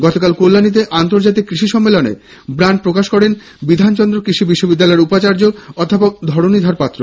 গতকাল কল্যাণীতে আন্তর্জাতিক কৃষি সন্মেলনে এই ব্র্যান্ড প্রকাশ করেন বিধানচন্দ্র কৃষি বিশ্ববিদ্যালয়ের উপাচার্য অধ্যাপক ধরনীধর পাত্র